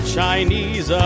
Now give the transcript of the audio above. Chinese